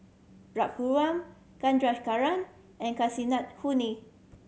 Raghuram Chandrasekaran and Kasinadhuni